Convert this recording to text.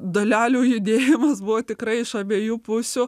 dalelių judėjimas buvo tikrai iš abiejų pusių